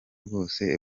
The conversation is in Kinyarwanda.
rwose